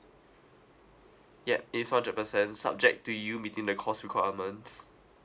yup it's hundred percent subject to you meeting the course requirements